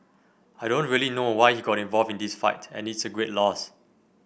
I don't really know why he got involved in this fight and it's a great loss